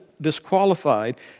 disqualified